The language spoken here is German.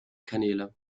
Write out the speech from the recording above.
kanäle